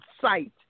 sight